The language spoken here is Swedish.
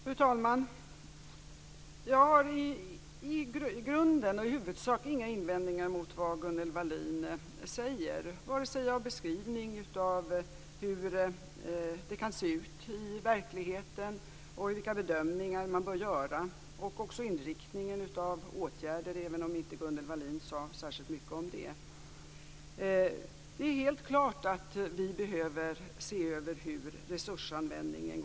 Fru talman! Jag har i grunden och i huvudsak inga invändningar mot vad Gunnel Wallin säger, vare sig beskrivningen av hur det kan se ut i verkligheten, vilka bedömningar man bör göra eller inriktningen av åtgärder, även om Gunnel Wallin inte sade särskilt mycket om det. Det är helt klart att vi behöver se över resursanvändningen.